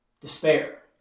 despair